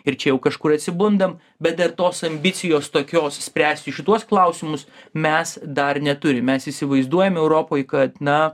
ir čia jau kažkur atsibundam bet ir dar tos ambicijos tokios spręsti šituos klausimus mes dar neturime mes įsivaizduojam europoj kad na